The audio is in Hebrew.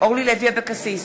אורלי לוי אבקסיס,